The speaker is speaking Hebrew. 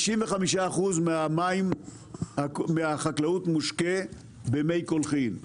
55% מהחקלאות מושקה במי קולחים,